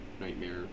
nightmare